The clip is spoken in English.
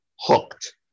hooked